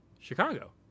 Chicago